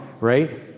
right